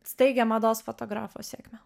staigią mados fotografo sėkmę